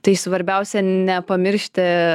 tai svarbiausia nepamiršti